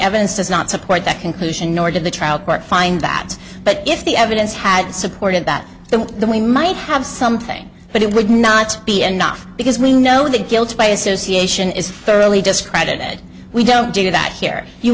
evidence does not support that conclusion nor did the trial court find that but if the evidence had supported that then the we might have something but it would not be enough because we know that guilt by association is thoroughly discredited we don't do that here you